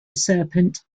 serpent